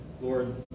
Lord